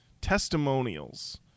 testimonials